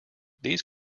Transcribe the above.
these